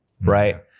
right